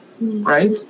Right